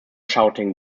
shouting